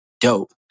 dope